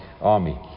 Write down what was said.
Army